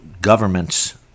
governments